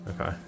okay